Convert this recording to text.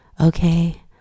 okay